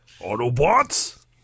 Autobots